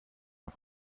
auf